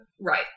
Right